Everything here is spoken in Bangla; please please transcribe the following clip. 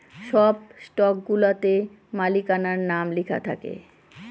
সব স্টকগুলাতে মালিকানার নাম লেখা থাকে